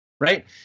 Right